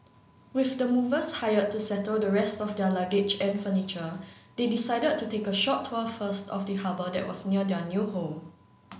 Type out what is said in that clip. with the movers hired to settle the rest of their luggage and furniture they decided to take a short tour first of the harbour that was near their new home